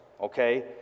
okay